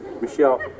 Michelle